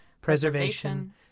preservation